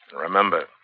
Remember